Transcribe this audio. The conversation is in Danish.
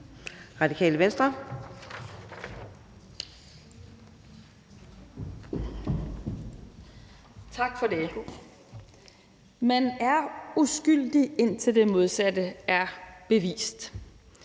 Stampe (RV): Tak for det. Man er uskyldig, indtil det modsatte er bevist.